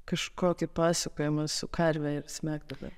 kažkokį pasakojimą su karve ir smegduobe